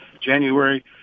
January